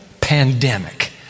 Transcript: pandemic